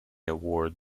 award